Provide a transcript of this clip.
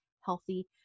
healthy